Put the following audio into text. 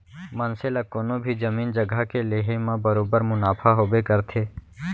मनसे ला कोनों भी जमीन जघा के लेहे म बरोबर मुनाफा होबे करथे